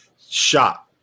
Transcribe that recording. shot